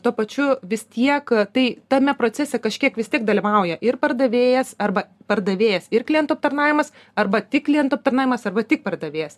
tuo pačiu vis tiek tai tame procese kažkiek vis tiek dalyvauja ir pardavėjas arba pardavėjas ir klientų aptarnavimas arba tik klientų aptarnavimas arba tik pardavėjas